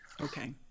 Okay